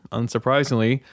unsurprisingly